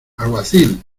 alguacil